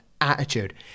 attitude